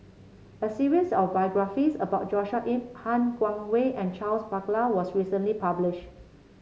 a series of biographies about Joshua Ip Han Guangwei and Charles Paglar was recently published